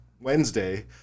Wednesday